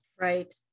Right